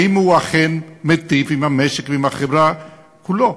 האם הוא אכן מיטיב עם המשק ועם החברה כולה?